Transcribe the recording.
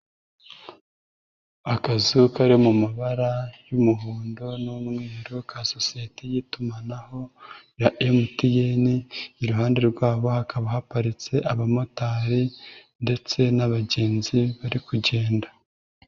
Akazu kari mu mabara y'umuhondo n'umweru ka sosiyete y'itumanaho ya MTN, iruhande rwabo hakaba haparitse abamotari ndetse n'abagenzi bari kugenda.